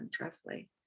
roughly